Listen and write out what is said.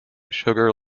sugar